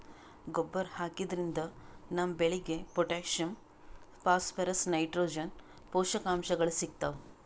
ಗೊಬ್ಬರ್ ಹಾಕಿದ್ರಿನ್ದ ನಮ್ ಬೆಳಿಗ್ ಪೊಟ್ಟ್ಯಾಷಿಯಂ ಫಾಸ್ಫರಸ್ ನೈಟ್ರೋಜನ್ ಪೋಷಕಾಂಶಗಳ್ ಸಿಗ್ತಾವ್